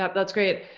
that's great.